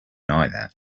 that